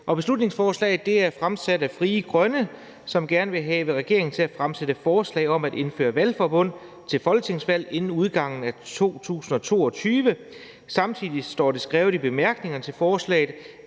her i dag, og det er fremsat af Frie Grønne, som gerne vil have regeringen til at fremsætte forslag om at indføre valgforbund til folketingsvalg inden udgangen af 2022. Samtidig står det skrevet i bemærkningerne til forslaget,